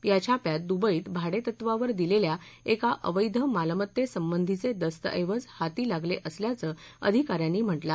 या छाप्यात दुबईत भाडेतत्वावर दिलेल्या एका अवैध मालमत्तेसंबंधीचे दस्तऐवज हाती लागले असल्याचं अधिकाऱ्यांनी म्हटलं आहे